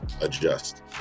adjust